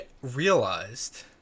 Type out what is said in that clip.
realized